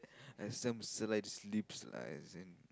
I think so likes to sleeps lah I think